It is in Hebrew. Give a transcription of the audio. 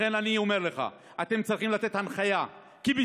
לכן אני אומר לך: אתם צריכים לתת הנחיה כמשרד